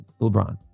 LeBron